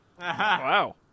wow